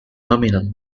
nominal